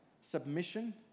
submission